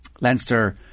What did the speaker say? Leinster